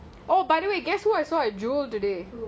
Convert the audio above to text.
oh by the way you guess who I saw at jewel today